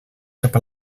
cap